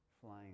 flying